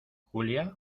julia